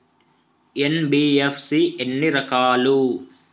NBFC ఎన్ని రకాలు?